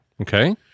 Okay